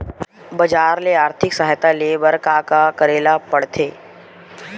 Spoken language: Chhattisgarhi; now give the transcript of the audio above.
बजार ले आर्थिक सहायता ले बर का का करे ल पड़थे?